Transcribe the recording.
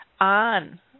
on